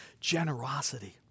generosity